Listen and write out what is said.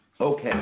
Okay